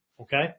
okay